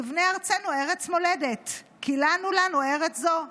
נבנה ארצנו, ארץ מולדת, כי לנו לנו ארץ זו.